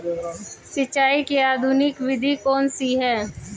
सिंचाई की आधुनिक विधि कौन सी है?